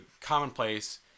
commonplace